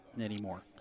anymore